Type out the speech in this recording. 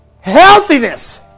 Healthiness